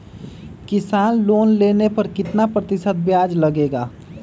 किसान लोन लेने पर कितना प्रतिशत ब्याज लगेगा?